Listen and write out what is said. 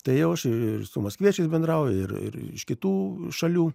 tai jau aš ir su maskviečiais bendrauju ir ir iš kitų šalių